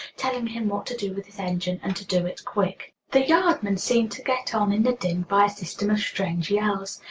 telling him what to do with his engine, and to do it quick. the yardmen seemed to get on in the din by a system of strange yells.